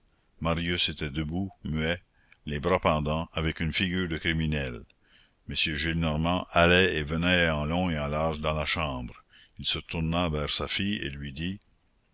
marius était debout muet les bras pendants avec une figure de criminel m gillenormand allait et venait en long et en large dans la chambre il se tourna vers sa fille et lui dit